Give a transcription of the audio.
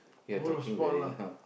world sport lah